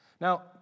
Now